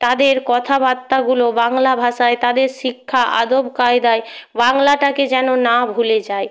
তাদের কথাবার্তাগুলো বাংলা ভাষায় তাদের শিক্ষা আদব কায়দায় বাংলাটাকে যেন না ভুলে যায়